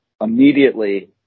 immediately